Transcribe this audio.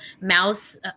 mouse